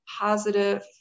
positive